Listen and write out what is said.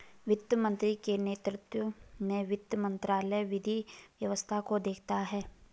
वित्त मंत्री के नेतृत्व में वित्त मंत्रालय विधि व्यवस्था को देखता है